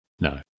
No